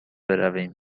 برویم